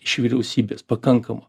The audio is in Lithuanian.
iš vyriausybės pakankamo